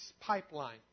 pipeline